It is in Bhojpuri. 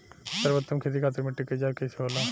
सर्वोत्तम खेती खातिर मिट्टी के जाँच कईसे होला?